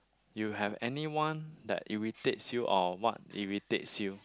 you have anyone that irritates you or what irritates you